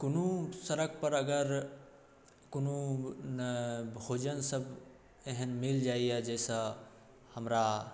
कोनो सड़कपर अगर कोनो भोजन सब एहन मिल जाइए जैसँ हमरा